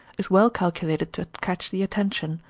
is well calculated to catch the attention.